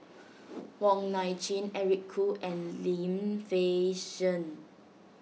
Wong Nai Chin Eric Khoo and Lim Fei Shen